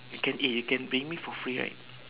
can eh you can bring me for free right